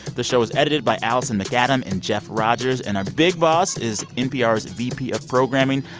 the show was edited by alison macadam and jeff rogers. and our big boss is npr's vp of programming,